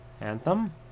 Anthem